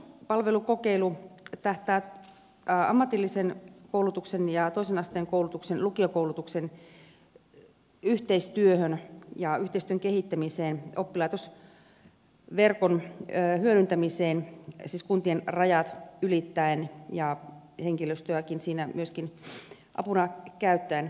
koulutuspalvelukokeilu tähtää toisen asteen koulutuksen ammatillisen koulutuksen ja lukiokoulutuksen yhteistyöhön ja yhteistyön kehittämiseen oppilaitosverkon hyödyntämiseen siis kuntien rajat ylittäen ja henkilöstöäkin siinä myöskin apuna käyttäen